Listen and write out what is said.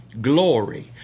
Glory